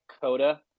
Coda